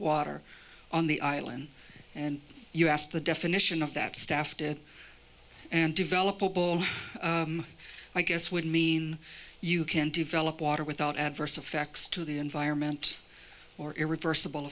water on the island and you asked the definition of that staffed it and developable i guess would mean you can develop water without adverse effects to the environment or irreversible